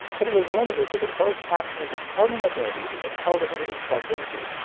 but it was limited to the closed captioning decoding abilities of the tv it was plugged into.